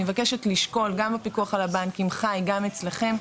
אני מבקשת שגם הפיקוח על הבנקים וגם אצלכם,